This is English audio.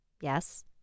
Yes